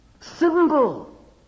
Symbol